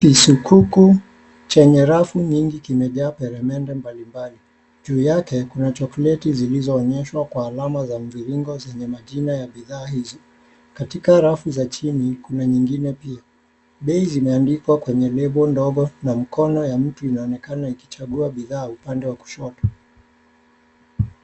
Kisikuku chenye rafu nyingi kimejaa peremende mbalimbali. Juu yake kuna chokoleti zilizoonyeshwa kwa alama za mviringo zenye majina ya bidhaa hizi. Katika rafu za chini kuna nyingine pia. Bei zimeandikwa kwenye label ndogo na mkono ya mtu inaonekana ikichagua bidhaa upande wa kushoto.